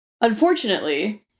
unfortunately